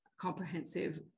comprehensive